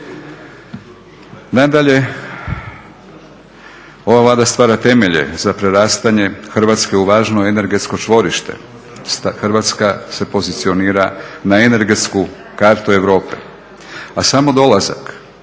Nadalje, ova Vlada stvara temelje za prerastanje Hrvatske u važno energetsko čvorište. Hrvatska se pozicionira na energetsku kartu Europe, a samo dolazak